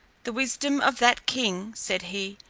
the wisdom of that king, said he,